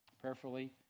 prayerfully